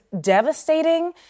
devastating